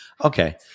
Okay